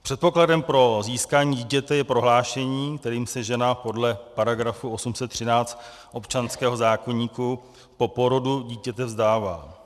Předpokladem pro získání dítěte je prohlášení, kterým se žena podle § 813 občanského zákoníku po porodu dítěte vzdává.